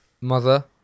mother